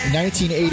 1980